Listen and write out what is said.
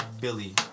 Billy